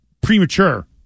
premature